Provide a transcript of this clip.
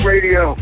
Radio